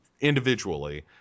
individually